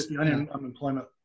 unemployment